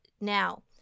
Now